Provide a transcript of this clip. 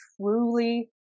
truly